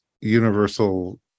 universal